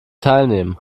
teilnehmen